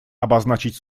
обозначить